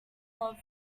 love